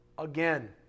Again